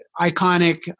iconic